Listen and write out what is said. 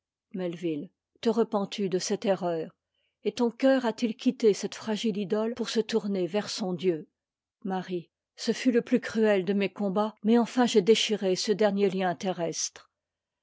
melvu te repens tu de cette erreur et ton cœur a t i quitté cette fragi e idole pour se tourner vers son dieu marie ce fut le plus cruel de mes combats mais engn j'ai déchiré ce dernier lien terrestre